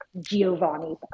Giovanni